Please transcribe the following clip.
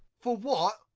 for wot?